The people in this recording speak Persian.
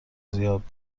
زیاد